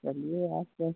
चलिए आपका